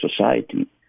society